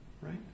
right